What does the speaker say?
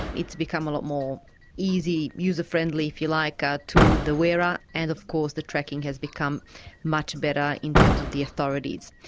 it's become a lot more easy, user-friendly, if you like, ah to the wearer, and of course the tracking has become much better in terms of the authorities.